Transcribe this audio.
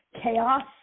chaos